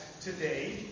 today